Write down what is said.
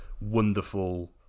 wonderful